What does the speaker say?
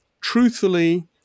truthfully